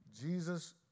Jesus